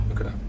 okay